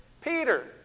Peter